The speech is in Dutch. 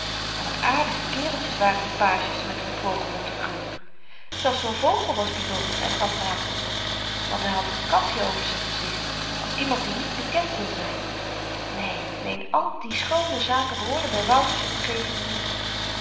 en wat aardige kereltjes waren die pages met n vogel op den kruk zelfs zoo'n vogel was byzonder en gaf raadsels op want hy had n kapjen over z'n gezicht als iemand die niet bekend wil zyn neen neen al die schoone zaken behoorden by wouters omgeving niet